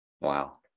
Wow